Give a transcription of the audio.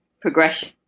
progression